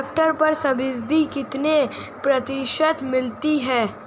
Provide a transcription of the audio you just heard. Tractor पर subsidy कितने प्रतिशत मिलती है?